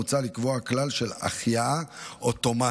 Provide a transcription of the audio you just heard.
מוצע לקבוע כלל של החייאה אוטומטית,